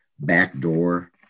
backdoor